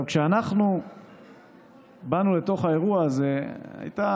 כשאנחנו באנו לתוך האירוע הזה הייתה